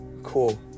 cool